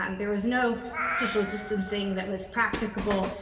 um there was no social distancing that was practicable.